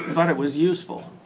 but it was useful.